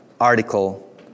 article